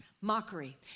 Mockery